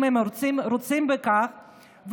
אם הם רוצים בכך,